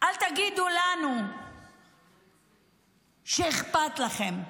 אל תגידו לנו שאכפת לכם.